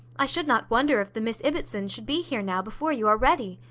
i should not wonder if the miss ibbotsons should be here now before you are ready.